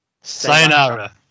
Sayonara